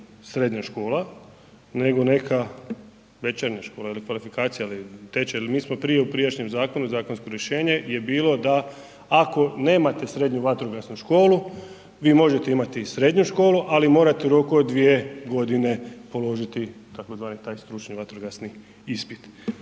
srednja škola nego neka večernja škola ili kvalifikacija ili tečaj jel mi smo prije u prijašnjem zakonu zakonsko rješenje je bilo da ako nemate srednju vatrogasnu školu, vi možete imati srednju školu, ali morate u roku dvije godine položiti tzv. stručni vatrogasni ispit.